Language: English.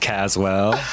Caswell